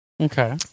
Okay